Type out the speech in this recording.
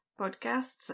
podcasts